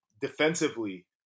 Defensively